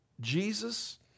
Jesus